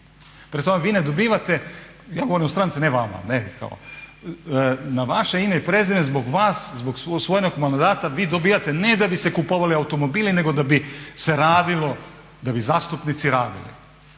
tome, vi ne dobivate, ja govorim o stranci ne vama. Na vaše ime i prezime zbog vas, zbog usvojenog mandata vi dobivate ne da biste kupovali automobile, nego da bi se radilo, da bi zastupnici radili.